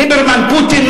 ליברמן-פוטין,